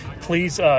please